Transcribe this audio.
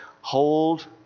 Hold